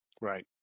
Right